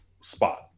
spot